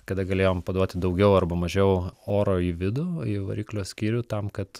kada galėjom paduoti daugiau arba mažiau oro į vidų į variklio skyrių tam kad